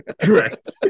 Correct